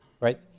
right